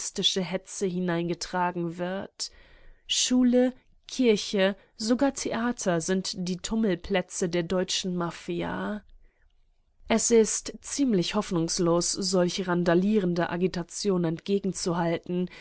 hetze hineingetragen wird schule kirche sogar theater sind die tummelplätze der deutschen mafia es ist ziemlich hoffnungslos solch randalierender agitation